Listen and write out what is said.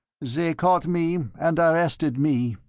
they caught me and arrested me,